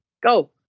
Go